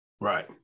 Right